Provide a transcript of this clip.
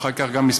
ואחר כך גם,